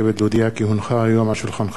לקריאה שנייה ולקריאה שלישית: